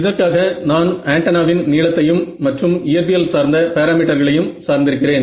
இதற்காக நான் ஆன்டென்னாவின் நீளத்தையும் மற்றும் இயற்பியல் சார்ந்த பாராமீட்டர்களையும் சார்ந்திருக்கிறேன்